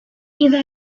إذا